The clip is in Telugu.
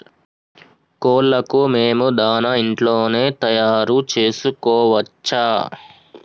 కోళ్లకు మేము దాణా ఇంట్లోనే తయారు చేసుకోవచ్చా?